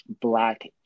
black